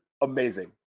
amazing